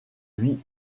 vie